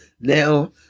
Now